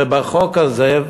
ובחוק הזה,